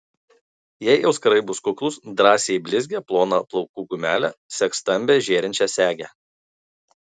jei auskarai bus kuklūs drąsiai į blizgią ploną plaukų gumelę sek stambią žėrinčią segę